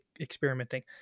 experimenting